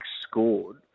scored